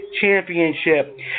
championship